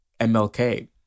MLK